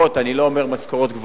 אני לא אומר משכורות גבוהות,